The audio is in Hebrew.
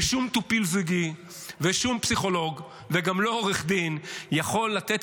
ושום טיפול זוגי ושום פסיכולוג וגם לא עו"ד יכול לתת